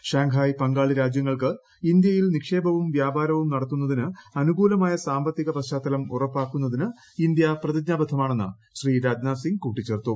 Shanghai പങ്കാളിരാജൃങ്ങൾക്ക് ഇന്തൃയിൽ നിക്ഷേപവും വ്യാപാരവും നടത്തുന്നതിന് അനുകൂലമായ സാമ്പത്തിക പശ്ചാത്തലം ഉറപ്പാക്കുന്നതിന് ഇന്തൃ പ്രതിജ്ഞാബദ്ധമാണെന്ന് ശ്രീ രാജ്നാഥ് സിംഗ് കൂട്ടിച്ചേർത്തു